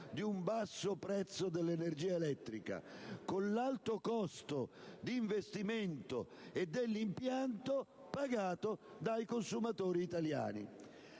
di un basso prezzo dell'energia elettrica, mentre l'alto costo degli investimenti e degli impianti sarà stato pagato dai consumatori italiani.